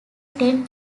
ten